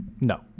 No